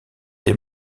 des